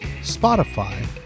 Spotify